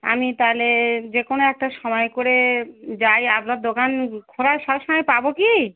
আমি তাহলে যে কোনো একটা সময় করে যাই আপনার দোকান খোলা সবসময় পাব কি